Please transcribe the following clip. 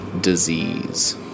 disease